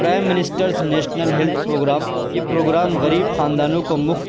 prime minister's national health program یہ program غریب خاندانوں کو مفت